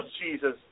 Jesus